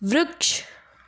વૃક્ષ